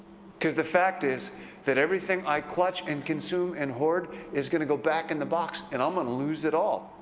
because the fact is that everything i clutch and consume and hoard is going to go back in the box and i'm going to lose it all.